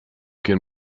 can